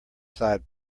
side